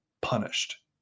punished